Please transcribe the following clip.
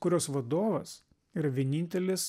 kurios vadovas yra vienintelis